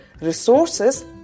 resources